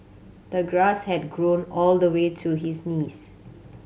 the grass had grown all the way to his knees